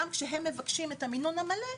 גם כשהם מבקשים את המינון המלא,